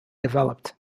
developed